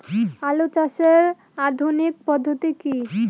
আলু চাষের আধুনিক পদ্ধতি কি?